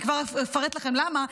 אני כבר אפרט לכם למה,